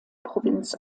provinz